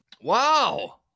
Wow